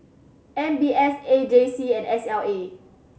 M B S A J C and S L A